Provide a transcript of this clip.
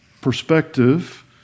perspective